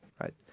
right